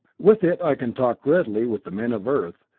with it i can talk readily with the men of earth,